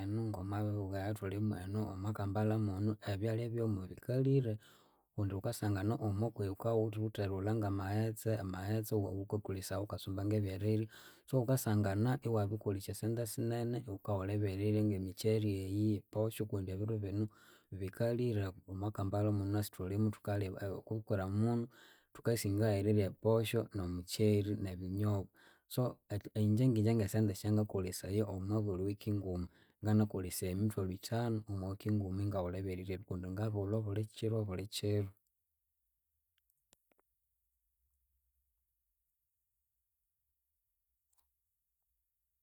Enu ngomwabibugha ebyathulimu ngenu omwakampala munu ebyalya byomu bikalhire kundi wukasangana omukwihi waka wuwithe eriwulha ngamaghetse. Amaghetse awawukakolesaya wukatsumba ngebyerirya so wukasangana iwamabirikolesya sente sinene wukawulha ebyerirya nge mikyeri eyi, posho kundi ebiru binu bikalhire omwakampala munu wunasi thulimu thukaliba kukiramunu thukasingayu erirya e posho nomukyeri, nebinyobwa. So ingye ngingye ngesente esyangakolesaya omwa buli week nguma nganakolesaya emithwalu ithanu omwa week nguma ingawulha ebyeriryebi kundi ngabiwulha abuli kyiru abuli kyiru